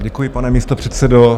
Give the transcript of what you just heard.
Děkuji, pane místopředsedo.